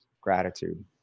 gratitude